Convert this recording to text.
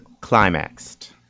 climaxed